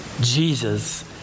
Jesus